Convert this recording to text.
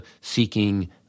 seeking